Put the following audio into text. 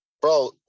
bro